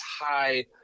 high